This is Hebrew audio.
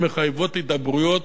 שמחייבות הידברויות